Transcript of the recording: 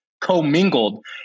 co-mingled